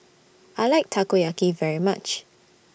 I like Takoyaki very much